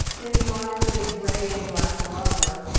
in the arms of a graying latin lover,